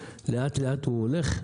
באופן לא מאוזן לאט-לאט הוא מחוסל.